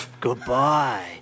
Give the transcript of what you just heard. Goodbye